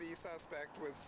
the suspect was